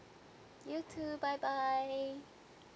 you too bye bye